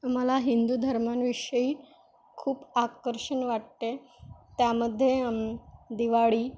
मला हिंदू धर्माविषयी खूप आकर्षण वाटते त्यामध्ये दिवाळी